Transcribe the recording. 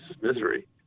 misery